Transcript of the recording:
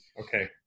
Okay